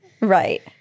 Right